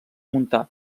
montà